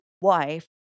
wife